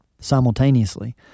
simultaneously